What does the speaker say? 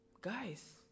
Guys